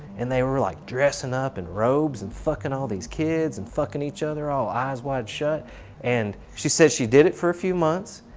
and they were like dressing ah up in robes and fucking all these kids and fucking each other all eyes wide shut and she said she did it for few months,